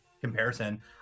comparison